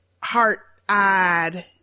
heart-eyed